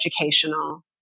educational